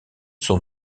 son